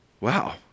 Wow